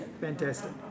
Fantastic